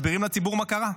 מסבירים לציבור מה קרה.